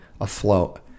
afloat